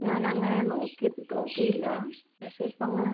ഞാൻ അങ്ങനെ നോക്കി നോക്കിയില്ല പക്ഷേ ഇപ്പോൾ അങ്ങനെ